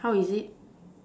how is it